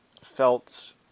felt